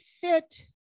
fit